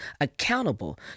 accountable